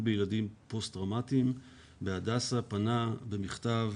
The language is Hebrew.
בילדים פוסט טראומתיים בהדסה פנה במכתב